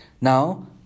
Now